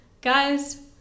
guys